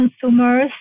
consumers